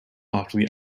after